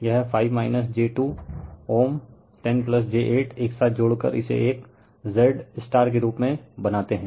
यह 5 j2 Ω 10 j8 एक साथ जोड़कर इसे एक Z के रूप में बनाते हैं